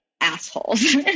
assholes